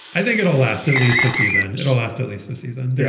i think it'll last at least a season. it'll last at least a season. yeah